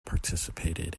participated